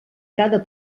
cada